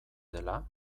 dela